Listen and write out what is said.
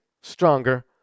stronger